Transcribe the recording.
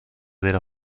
della